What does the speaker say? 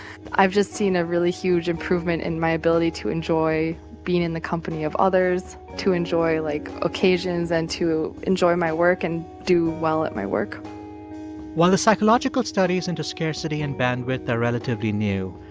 i've just seen a really huge improvement in my ability to enjoy being in the company of others, to enjoy, like, occasions and to enjoy my work and do well at my work while the psychological studies into scarcity and bandwidth are relatively new,